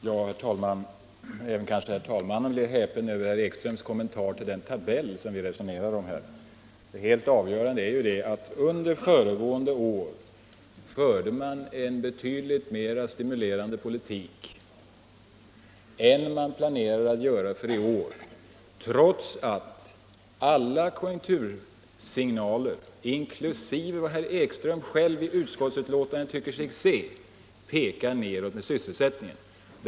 Herr talman! Kanske blev även herr talmannen häpen över herr Ekströms kommentar till den tabell vi här resonerar om. Det helt avgörande är ju att man under föregående år förde en betydligt mera stimulansbetonad politik än man planerar att göra i år, trots att alla konjunktursignaler, inklusive vad herr Ekström i utskottsbetänkandet tycker sig se, pekar nedåt för sysselsättningen.